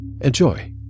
Enjoy